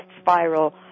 spiral